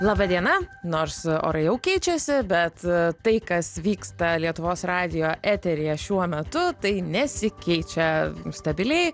laba diena nors orai jau keičiasi bet tai kas vyksta lietuvos radijo eteryje šiuo metu tai nesikeičia stabiliai